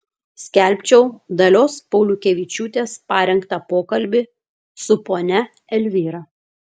skelbčiau dalios pauliukevičiūtės parengtą pokalbį su ponia elvyra